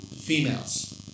females